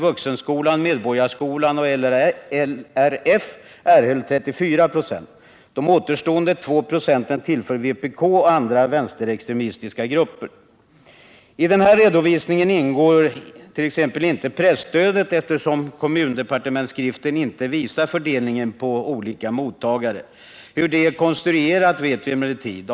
Vuxenskolan, Medborgarskolan och LRF, erhöll 34 96. Återstående 2 96 tillföll vpk och andra vänsterextremistiska grupper. I den här redovisningen ingår t.ex. inte presstödet, eftersom kommundepartementsskriften inte visar fördelningen av detta på olika mottagare. Hur det är konstruerat vet vi emellertid.